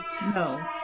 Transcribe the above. No